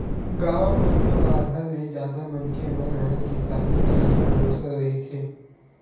गाँव म तो आधा ले जादा मनखे मन ह किसानी के ही भरोसा रहिथे